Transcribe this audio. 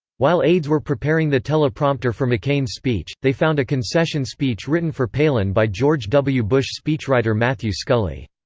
while aides were preparing the teleprompter for mccain's speech, they found a concession speech written for palin by george w. bush speechwriter matthew scully.